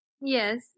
Yes